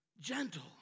gentle